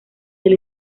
del